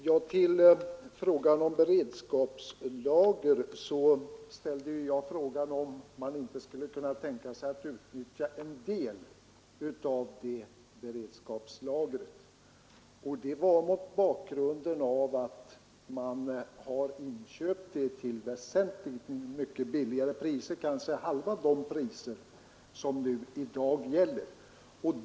Herr talman! Jag ställde frågan om man inte skulle kunna tänka sig att utnyttja en del av beredskapslagren, och det var mot bakgrunden av att man har inköpt oljan till väsentligt mycket lägre priser — kanske halva de priser som i dag gäller.